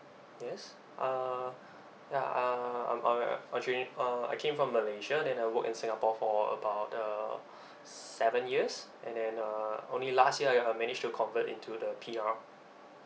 yes uh ya uh I'm all actually uh I came from malaysia then I work in singapore for about uh seven years and then uh only last year I uh manage to convert into the P_R